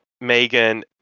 Megan